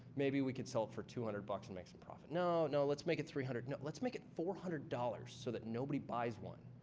maybe we could sell it for two hundred bucks and make some profit. no, no let's make it three hundred. let's make it four hundred dollars so that nobody buys one.